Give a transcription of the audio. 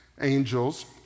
angels